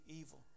evil